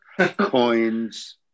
Coins